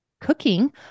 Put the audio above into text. cooking